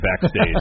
backstage